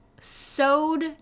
sewed